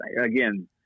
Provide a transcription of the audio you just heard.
again